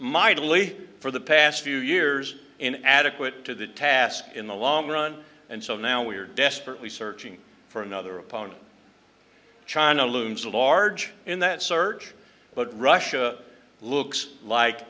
mightily for the past few years in adequate to the task in the long run and so now we are desperately searching for another opponent china looms large in that search but russia looks like